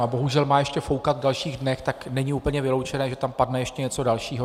A bohužel má ještě foukat v dalších dnech, tak není úplně vyloučeno, že tam padne ještě něco dalšího.